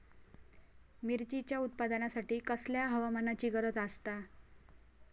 मिरचीच्या उत्पादनासाठी कसल्या हवामानाची गरज आसता?